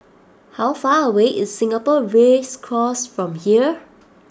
how far away is Singapore Race Course from here